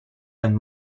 and